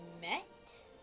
Met